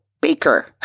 Baker